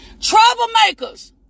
Troublemakers